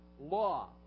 law